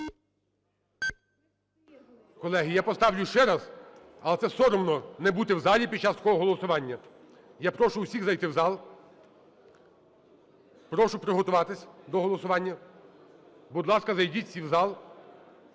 Колеги, я поставлю ще раз, але це соромно не бути в залі під час такого голосування. Я прошу всіх зайти в зал, прошу приготуватись до голосування. Будь ласка, зайдіть всі в зал.